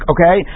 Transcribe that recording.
Okay